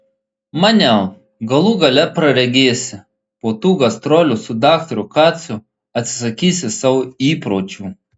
maniau galų gale praregėsi po tų gastrolių su daktaru kacu atsisakysi savo įpročių